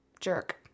jerk